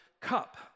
cup